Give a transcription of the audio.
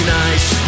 nice